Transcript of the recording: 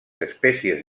espècies